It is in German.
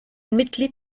mitglied